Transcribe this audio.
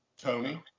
Tony